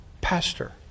pastor